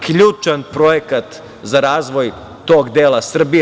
Ključan projekat za razvoj tog dela Srbije.